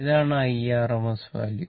ഇതാണ് IRMS value